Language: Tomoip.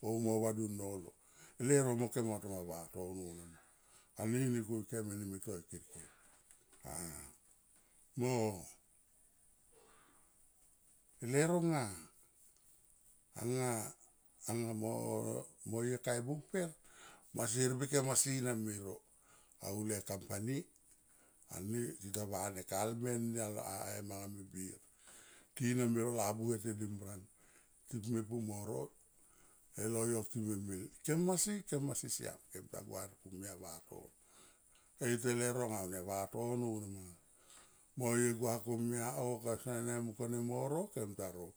O mo vadun nolo leuro mo kem anga tonga vatono na ma anini ku ikem me ni me toi kirkir a mo e leuro nga, anga mo ye ka e bung per masi herbi kem asi na me ro au le company ani tita ne va kalme ni a e manga me bir. Tina me ro labuhe tenimran ti pu me pu mo ro e le yo time mil kem masi kem masi siam kem ta gua kumai vatono e ye te leuro a nia vatono nama, mo ye gua komia o kese ne mung kone moro kem ta ro